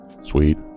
Sweet